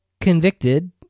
convicted